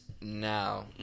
now